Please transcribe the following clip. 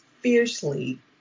fiercely